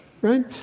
right